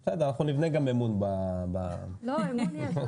אנחנו נבנה גם אמון ב --- אמון יש.